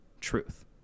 truth